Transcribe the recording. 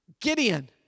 Gideon